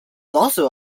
also